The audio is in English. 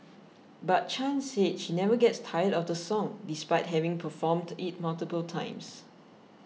but Chan said she never gets tired of the song despite having performed it multiple times